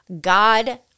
God